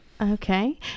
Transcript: Okay